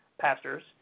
pastors